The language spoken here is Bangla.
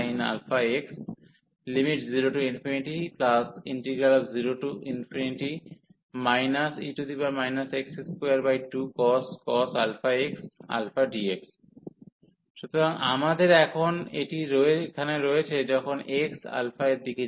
00 e x22cos αx αdx সুতরাং আমাদের এখন এটি এখানে রয়েছে যখন x এর দিকে যাবে